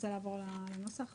שלומית,